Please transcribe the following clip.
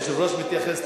היושב-ראש מתייחס,